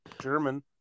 german